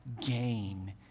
gain